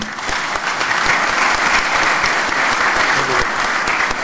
(מחיאות כפיים)